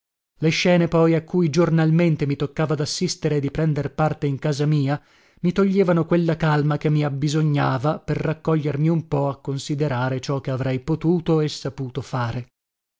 le scene poi a cui giornalmente mi toccava dassistere e di prender parte in casa mia mi toglievano quella calma che mi abbisognava per raccogliermi un po a considerare ciò che avrei potuto e saputo fare